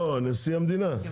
לא, נשיא המדינה.